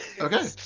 Okay